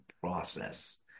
process